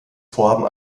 vorhaben